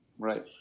Right